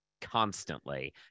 constantly